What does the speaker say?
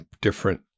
different